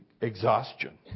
exhaustion